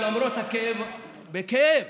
למרות הכאב, בכאב